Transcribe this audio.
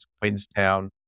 Queenstown